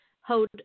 hold